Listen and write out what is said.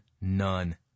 none